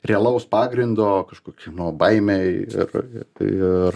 realaus pagrindo kažkokio no baimei ir ir ir